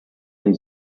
his